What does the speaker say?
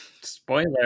Spoiler